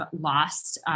lost